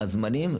מה הזמנים,